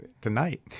tonight